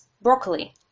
broccoli